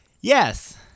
Yes